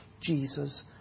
Jesus